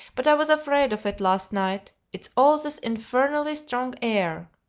but i was afraid of it last night. it's all this infernally strong air!